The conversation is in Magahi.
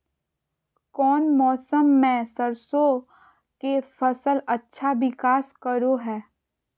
कौन मौसम मैं सरसों के फसल अच्छा विकास करो हय?